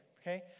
okay